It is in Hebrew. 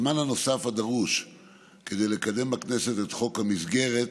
הזמן הנוסף דרוש כדי לקדם בכנסת את חוק המסגרת,